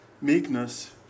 Meekness